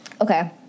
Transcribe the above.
Okay